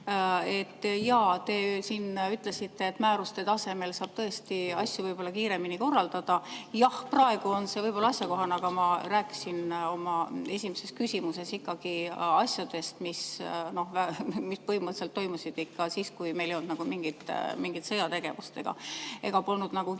Te siin ütlesite, et määruste tasemel saab tõesti asju kiiremini korraldada. Jah, praegu on see võib-olla asjakohane, aga ma rääkisin oma esimeses küsimuses ikkagi asjadest, mis põhimõtteliselt toimusid ikka siis, kui meil ei olnud mingit sõjategevust ega polnud kiiret